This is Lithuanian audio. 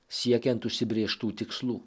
siekiant užsibrėžtų tikslų